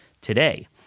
today